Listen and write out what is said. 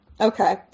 Okay